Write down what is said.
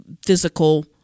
physical